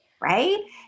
right